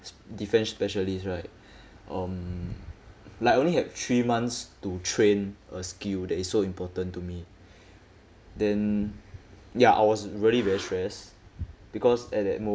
defense specialist right um like I only have three months to train a skill that is so important to me then ya I was very very stressed because at that